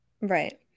Right